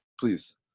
Please